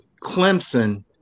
Clemson